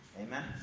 Amen